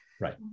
right